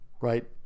Right